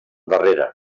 darrere